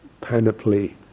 panoply